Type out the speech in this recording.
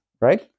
right